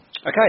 Okay